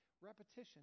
repetition